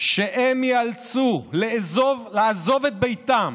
שהם ייאלצו לעזוב את ביתם,